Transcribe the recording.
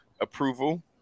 approval